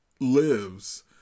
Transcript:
lives